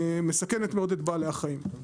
ומסכן את מאוד את בעלי החיים.